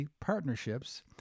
partnerships